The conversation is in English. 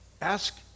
Ask